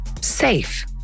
safe